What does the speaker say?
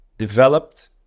developed